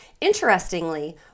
Interestingly